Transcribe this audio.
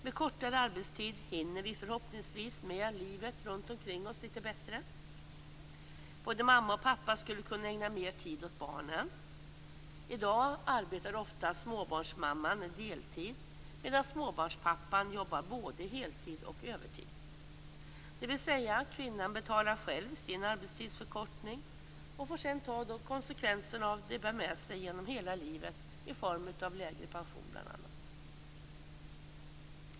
Med kortare arbetstid hinner vi förhoppningsvis med livet runt omkring oss lite bättre. Och både mamma och pappa skulle kunna ägna mer tid åt barnen. I dag arbetar ofta småbarnsmamman deltid, medan småbarnspappan arbetar både heltid och övertid, dvs. kvinnan betalar själv sin arbetstidsförkortning och får sedan ta de konsekvenser som det bär med sig genom hela livet i form av bl.a. lägre pension.